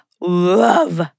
love